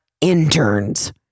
interns